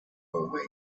away